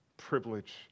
privilege